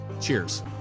Cheers